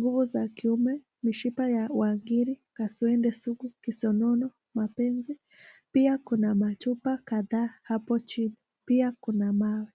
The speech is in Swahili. nguvu za kiume, mishipa ya uangiri, kaswende sugu, kisonono, mapenzi. Pia kuna machupa kadhaa hapo chini, pia kuna mawe.